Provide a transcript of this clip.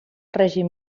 règim